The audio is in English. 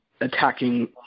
attacking